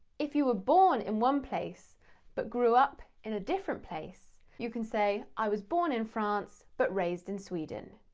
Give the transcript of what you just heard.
if you were born in one place but grew up in a different place, you can say i was born in france but raised in sweden.